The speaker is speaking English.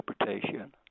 interpretation